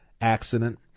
accident